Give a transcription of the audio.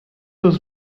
was